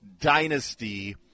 Dynasty